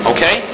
Okay